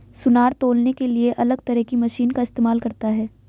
सुनार तौलने के लिए अलग तरह की मशीन का इस्तेमाल करता है